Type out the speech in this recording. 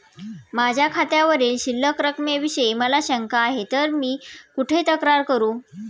माझ्या खात्यावरील शिल्लक रकमेविषयी मला शंका आहे तर मी कुठे तक्रार करू?